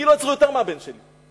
כאילו עצרו יותר מהבן שלי.